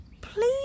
please